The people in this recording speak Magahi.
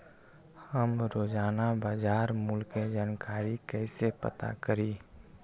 हम रोजाना बाजार मूल्य के जानकारी कईसे पता करी?